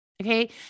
Okay